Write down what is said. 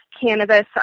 cannabis